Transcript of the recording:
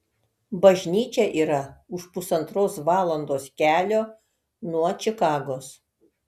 bažnyčia yra už pusantros valandos kelio nuo čikagos